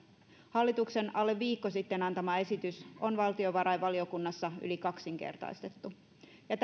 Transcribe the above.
hallituksen alle viikko sitten antama esitys on valtiovarainvaliokunnassa yli kaksinkertaistettu ja